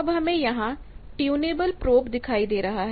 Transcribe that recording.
अब हमें यहां ट्यूनेबल प्रोब दिखाई दे रहा है